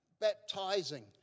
baptizing